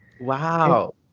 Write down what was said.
Wow